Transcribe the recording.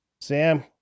Sam